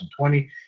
2020